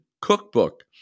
Cookbook